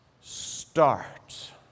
start